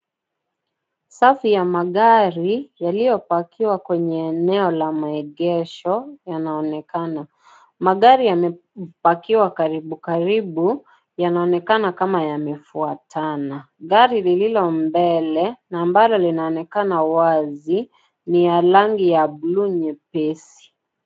Safi ya magari, yaliyopangwa kwenye eneo ya maegesho yanaonekana. Magari yamepakiwa karibu karibu yanaonekana kama yamefuatana. Gari lililo mbele, nambari linaonekana wazi ni ya rangi ya blue nyepesi.